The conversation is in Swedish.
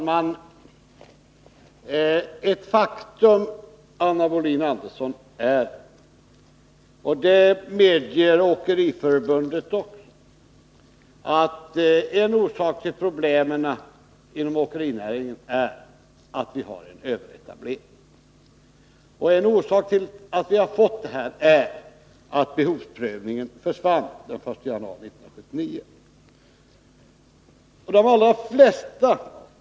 Herr talman! Det är ett faktum, Anna Wohlin-Andersson, att en orsak till problemen inom åkerinäringen är att vi har en överetablering. Det medger också Åkeriförbundet. En anledning till denna överetablering är att behovsprövningen försvann den 1 januari 1979.